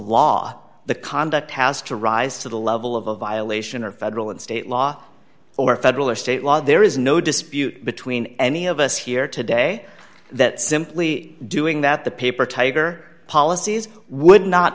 the conduct has to rise to the level of a violation of federal and state law or federal or state law there is no dispute between any of us here today that simply doing that the paper tiger policies would not